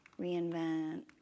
Reinvent